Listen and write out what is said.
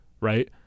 right